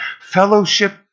fellowship